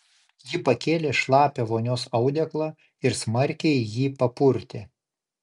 ji pakėlė šlapią vonios audeklą ir smarkiai jį papurtė